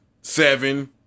seven